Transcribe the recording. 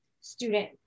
student